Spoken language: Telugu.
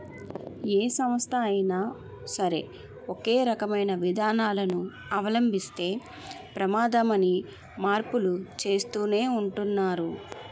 ఏ సంస్థ అయినా సరే ఒకే రకమైన విధానాలను అవలంబిస్తే ప్రమాదమని మార్పులు చేస్తూనే ఉంటున్నారు